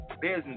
business